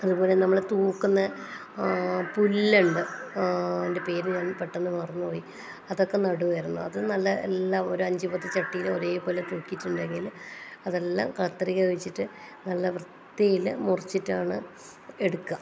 അതുപോലെ നമ്മൾ തൂക്കുന്ന പുല്ലുണ്ട് അതിൻ്റെ പേര് ഞാൻ പെട്ടെന്ന് മറന്നു പോയി അതൊക്കെ നടുമായിരുന്നു അതും നല്ല എല്ലാം ഒരു അഞ്ചു പത്തു ചട്ടിയിൽ ഒരേ പോലെ തൂക്കിയിട്ടുണ്ടെങ്കിൽ അതെല്ലാം കത്രിക വെച്ചിട്ട് നല്ല വൃത്തിയിൽ മുറിച്ചിട്ടാണ് എടുക്കുക